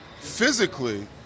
physically